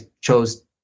chose